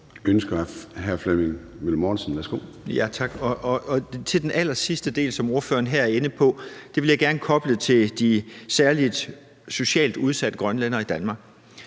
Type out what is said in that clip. Kl. 11:36 Flemming Møller Mortensen (S): Tak. Den allersidste del, som ordføreren her er inde på, vil jeg gerne koble til de særlig socialt udsatte grønlændere i Danmark,